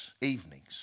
evenings